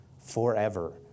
forever